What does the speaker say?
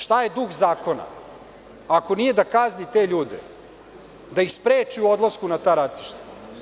Šta je duh zakona, ako nije da kazni te ljude, da ih spreči u odlasku na ta ratišta?